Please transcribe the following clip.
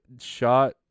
Shot